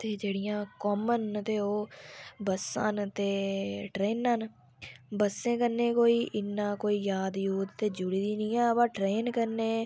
ते जेह्ड़ियां कॉमन न ते ओह् बस्सां न ते ट्रेनां न बस्सें कन्नै कोई इन्ना याद कोई जुड़ी दी निं ऐ बाऽ ट्रेन कन्नै